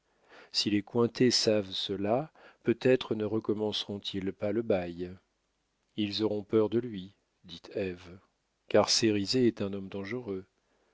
si les cointet savent cela peut-être ne recommenceront ils pas le bail ils auront peur de lui dit ève car cérizet est un homme dangereux